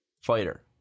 fighter